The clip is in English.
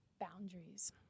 Boundaries